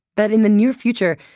that in the near future,